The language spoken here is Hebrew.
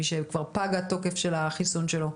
מי שפג תוקף החיסון שלו,